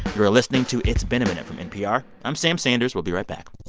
you are listening to it's been a minute from npr. i'm sam sanders. we'll be right back